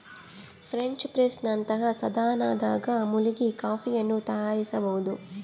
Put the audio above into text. French press ನಂತಹ ಸಾಧನದಾಗ ಮುಳುಗಿ ಕಾಫಿಯನ್ನು ತಯಾರಿಸಬೋದು